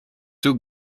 too